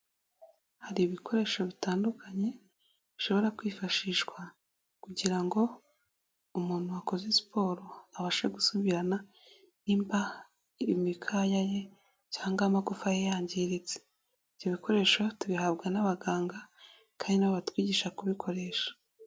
Hari ibikoresho bitandukanye, bishobora kwifashishwa kugira ngo umuntu wakoze siporo abashe gusubirana nimba imikaya ye cyangwa amagufa ye yangiritse, ibyo bikoresho tubihabwa n'abaganga kandi ni nabo batwigisha kubikoresha.